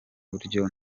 buryo